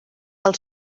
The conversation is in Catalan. pel